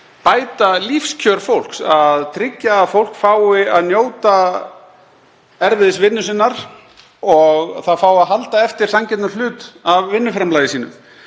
bæta lífskjör fólks, að tryggja að fólk fái að njóta erfiðisvinnu sinnar og fái að halda eftir sanngjörnum hlut af vinnuframlagi sínu.